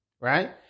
right